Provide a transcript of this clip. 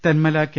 Thenmala K